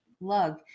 lug